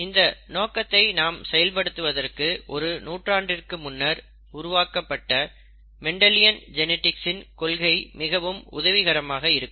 இந்த நோக்கத்தை நாம் செயல்படுத்துவதற்கு ஒரு நூற்றாண்டுக்கு முன்னர் உருவாக்கப்பட்ட மெண்டலியன் ஜெனிடிக்ஸ்ஸின் கொள்கை மிகவும் உதவிகரமாக இருக்கும்